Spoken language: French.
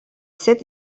sept